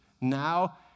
Now